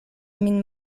min